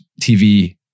TV